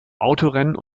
autorennen